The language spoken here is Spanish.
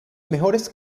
mejores